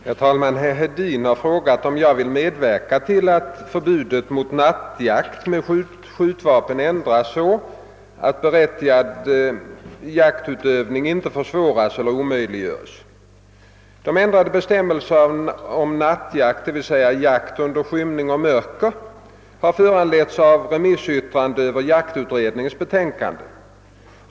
Herr talman! Herr Hedin har frågat, om jag vill medverka till att förbudet mot nattjakt med skjutvapen ändras så att berättigad jaktutövning inte försvåras eller omöjliggörs. De ändrade bestämmelserna om nattjakt, d.v.s. jakt under skymning och mörker, har föranletts av remissyttranden över jaktutredningens betänkande.